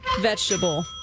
vegetable